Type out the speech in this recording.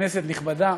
כנסת נכבדה,